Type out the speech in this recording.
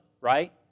right